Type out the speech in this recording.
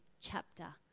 chapter